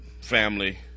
family